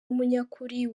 w’umunyakuri